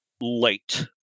late